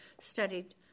studied